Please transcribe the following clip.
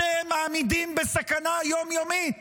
אתם מעמידים בסכנה יום-יומית